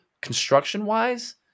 construction-wise